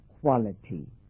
quality